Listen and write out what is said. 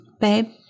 babe